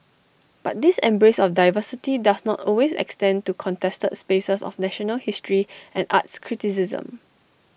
but this embrace of diversity does not always extend to contested spaces of national history and arts criticism